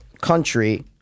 country